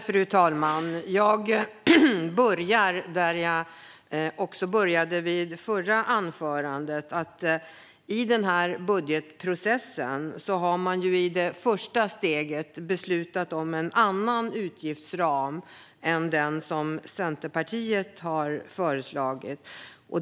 Fru talman! Jag börjar som jag började mitt förra anförande med att säga att i det första steget i budgetprocessen har man beslutat om en annan utgiftsram än den som Centerpartiet har föreslagit.